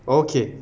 okay